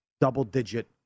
double-digit